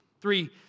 Three